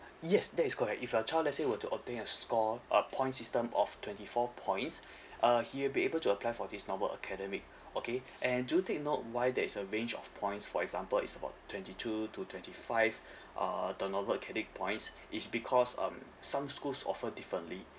yes that is correct if your child let's say were to obtain a score a point system of twenty four points uh he'll be able to apply for this normal academic okay and do take note why there is a range of points for example it's about twenty two to twenty five uh the normal academic points it's because um some schools offer differently